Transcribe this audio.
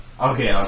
okay